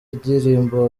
indirimbo